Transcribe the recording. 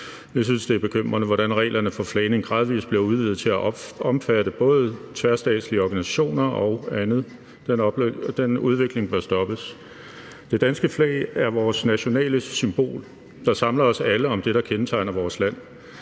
Jeg synes, det er bekymrende, hvordan reglerne for flagning gradvis bliver udvidet til at omfatte både tværstatslige organisationer og andet, og den udvikling bør stoppes. Det danske flag er vores nationale symbol, der samler os alle om det, der kendetegner vores land.